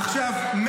עכשיו,